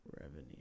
Revenue